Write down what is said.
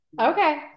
Okay